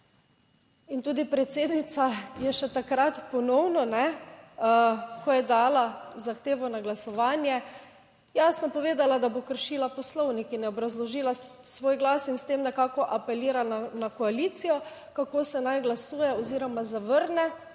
In tudi predsednica je še takrat ponovno, ko je dala zahtevo na glasovanje, jasno povedala, da bo kršila Poslovnik in je obrazložila svoj glas in s tem nekako apelirala na koalicijo kako se naj glasuje oziroma zavrne